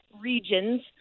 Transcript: regions